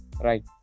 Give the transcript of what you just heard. right